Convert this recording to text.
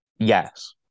Yes